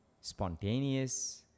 spontaneous